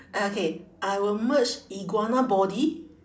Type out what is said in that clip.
okay I will merge iguana body